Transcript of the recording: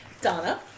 Donna